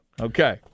Okay